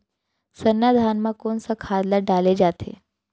सरना धान म कोन सा खाद ला डाले जाथे?